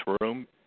room